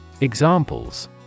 Examples